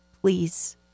Please